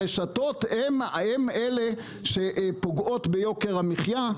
הרשתות הם אלה שפוגעות ביוקר המחיה,